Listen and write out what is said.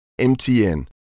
MTN